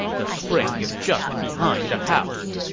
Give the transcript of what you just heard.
the spring is just behind the house.